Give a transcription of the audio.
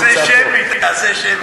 תעשה שמית, תעשה שמית.